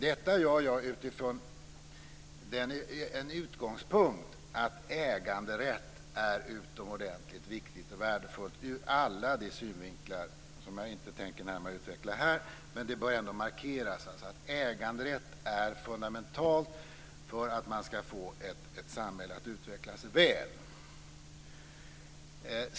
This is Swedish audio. Detta gör jag utifrån utgångspunkten att äganderätten är utomordentligt viktig och värdefull ur alla de synvinklar som jag inte närmare tänker utveckla här. Men det bör ändå markeras att äganderätten är fundamental för att man skall få ett samhälle att utvecklas väl.